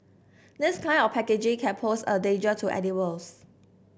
this kind of packaging can pose a danger to animals